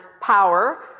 power